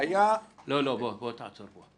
--- תעצור פה.